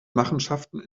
machenschaften